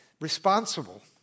responsible